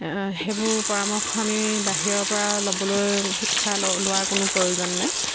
সেইবোৰ পৰামৰ্শ আমি বাহিৰৰ পৰা ল'বলৈ শিক্ষা লোৱাৰ কোনো প্ৰয়োজন নাই